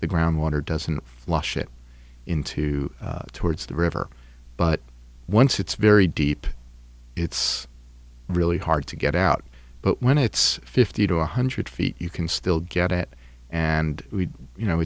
the groundwater doesn't flush it into towards the river but once it's very deep it's really hard to get out but when it's fifty to one hundred feet you can still get it and you know